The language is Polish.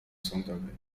sądowym